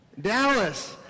Dallas